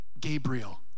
Gabriel